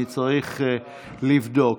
אני צריך לבדוק.